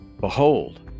behold